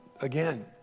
again